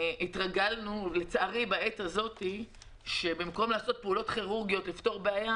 התרגלנו לצערי בעת הזאת במקום לעשות פעולות כירורגיות כדי לפתור בעיה